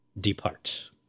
depart